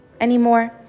anymore